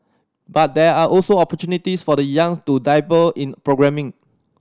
but there are also opportunities for the young to dabble in programming